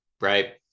right